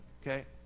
okay